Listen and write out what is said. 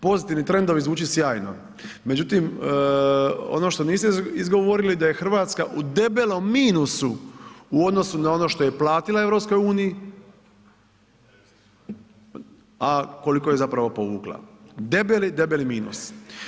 Pozitivni trendovi zvuči sjajno, međutim ono što niste izgovorili da je Hrvatska u debelom minusu u odnosu na ono što je platila EU, a koliko je zapravo povukla, debeli, debeli minus.